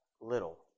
little